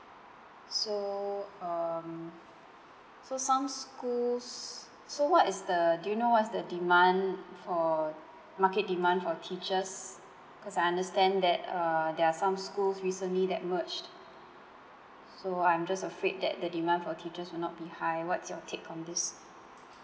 so um so some schools so what is the do you know what's the demand for market demand for teachers because I understand that err there are some schools recently that merged so I'm just afraid that the demand for teachers would not be high what's your take on this